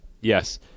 Yes